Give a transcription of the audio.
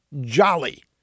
Jolly